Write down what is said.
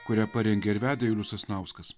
kurią parengė ir vedė julius sasnauskas